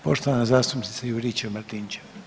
Poštovana zastupnica Juričev-Martinčev.